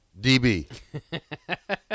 DB